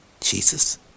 Jesus